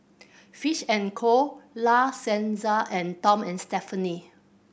Fish and Co La Senza and Tom and Stephanie